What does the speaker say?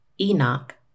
Enoch